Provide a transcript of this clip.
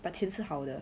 but 钱是好的